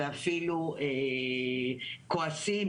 ואפילו כועסים,